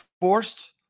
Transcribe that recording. forced